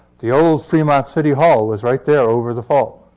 the old fremont city hall was right there over the fault.